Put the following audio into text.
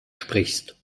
sprichst